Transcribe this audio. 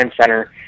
center